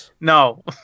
no